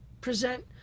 present